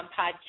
podcast